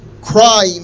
crime